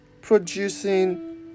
producing